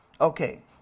okay